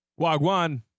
Wagwan